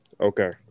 Okay